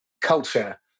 culture